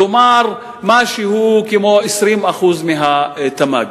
כלומר משהו כמו 20% מהתמ"ג,